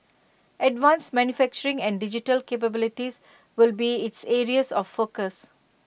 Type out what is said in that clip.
advanced manufacturing and digital capabilities will be its areas of focus